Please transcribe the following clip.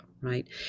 right